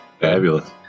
Fabulous